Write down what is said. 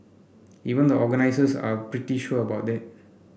even the organisers are pretty sure about that